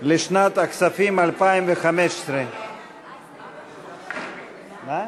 שנת התקציב 2015. שמית?